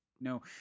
No